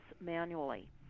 manually